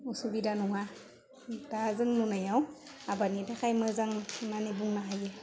उसुबिदा नङा दा जों नुनायाव आबादनि थाखाय मोजां होन्नानै बुंनो हायो